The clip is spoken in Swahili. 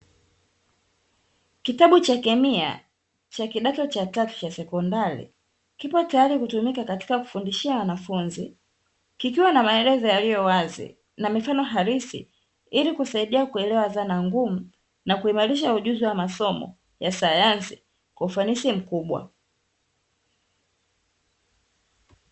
Kitabu cha kemia cha kidato cha tatu cha sekondari kipo tayari kutumika katika kuwafundishia wanafunzi kikiwa na maneno yaliyo wazi na mifano halisi ili kuweza kusaidia kuelewa dhana ngumu na kuimarisha ujuzi wa masomo ya sayansi kwa ufanisi mkubwa.